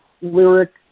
lyric